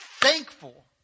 thankful